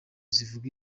zivuga